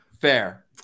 fair